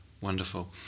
wonderful